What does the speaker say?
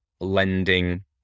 lending